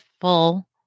full